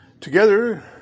Together